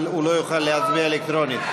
אבל הוא לא יוכל להצביע אלקטרונית.